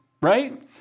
right